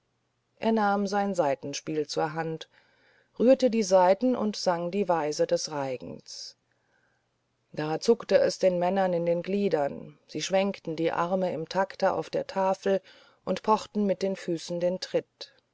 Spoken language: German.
er nahm sein saitenspiel zur hand rührte die saiten und sang die weise des reigens da zuckte es den männern in den gliedern sie schwenkten die arme im takte auf der tafel und pochten mit den füßen den tritt